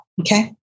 okay